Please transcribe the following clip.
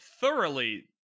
thoroughly